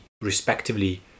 respectively